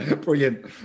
brilliant